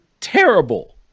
terrible